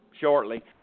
shortly